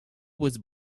was